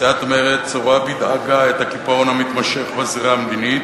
סיעת מרצ רואה בדאגה את הקיפאון המתמשך בזירה המדינית